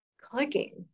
clicking